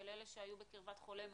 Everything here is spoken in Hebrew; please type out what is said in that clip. של אלה שהיו בקרבת חולה מאומת,